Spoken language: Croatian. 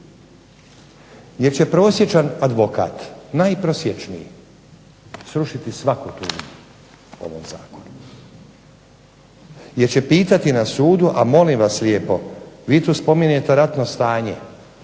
Jer će prosječan advokat, najprosječniji srušiti svaku .../Govornik se ne razumije./... ovaj zakon. Jer će pitati na sudu, a molim vas lijepo vi tu spominjete ratno stanje.